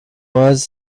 was